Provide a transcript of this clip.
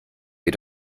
wir